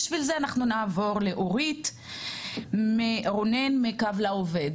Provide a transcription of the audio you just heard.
בשביל זה אנחנו נעבור לאורית רונן מ"קו לעובד",